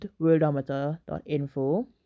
worldometer.info